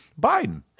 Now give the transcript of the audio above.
Biden